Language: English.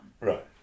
Right